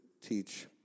teach